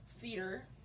theater